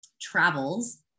travels